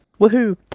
Woohoo